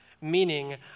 Meaning